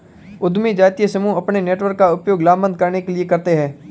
उद्यमी जातीय समूह अपने नेटवर्क का उपयोग लामबंद करने के लिए करते हैं